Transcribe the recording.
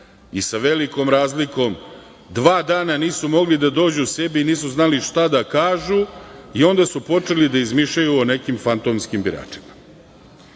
i sa velikom razlikom, dva dana nisu mogli da dođu k sebi i nisu znali šta da kažu i onda su počeli da izmišljaju o nekim fantomskim biračima. Hajde